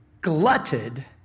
glutted